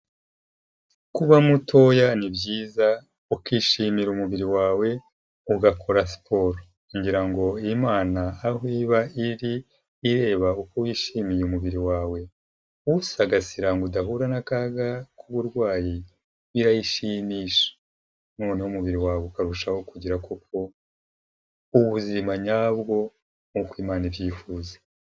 Kuba mutoya ni byiza ukishimira umubiri wawe ugakora siporo kugira ngo Imana aho iba iri ireba uko wishimiye umubiri wawe, usagasira ngo udahura n'akaga k'uburwayi, birayishimisha noneho umubiri wawe ukarushaho kugira koko ubuzima nyabwo nk'uko Imana ibyifuza.